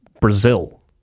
Brazil